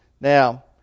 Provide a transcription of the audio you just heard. Now